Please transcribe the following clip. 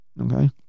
okay